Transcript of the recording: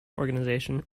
organisation